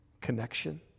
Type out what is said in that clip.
Connection